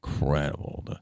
incredible